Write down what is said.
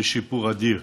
לשיפור אדיר.